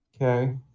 Okay